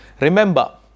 Remember